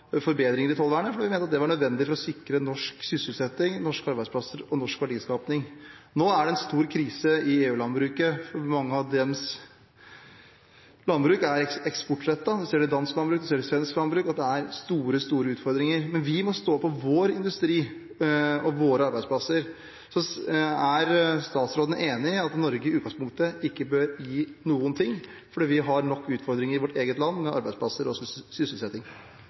nødvendig for å sikre norsk sysselsetting, norske arbeidsplasser og norsk verdiskaping. Nå er det en stor krise i EU-landbruket, for mye av EUs landbruk er eksportrettet – man ser i dansk landbruk og i svensk landbruk at det er store utfordringer. Men vi må stå på for vår industri og våre arbeidsplasser. Er statsråden enig i at Norge i utgangspunktet ikke bør gi noen ting fordi vi har nok utfordringer i vårt eget land med arbeidsplasser og sysselsetting?